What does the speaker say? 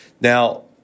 Now